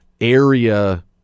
area